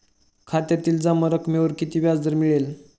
खात्यातील जमा रकमेवर किती व्याजदर मिळेल?